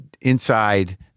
inside